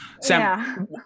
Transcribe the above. Sam